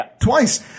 Twice